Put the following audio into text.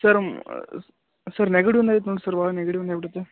sir sir ನೆಗಡಿನ್ ಐತೆ ನೋಡಿ ಸರ್ ಒಳ ನೆಗಡಿನ್ ಆಗ್ಬಿಟತೆ